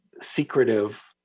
secretive